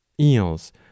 eels